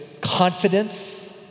confidence